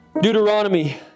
Deuteronomy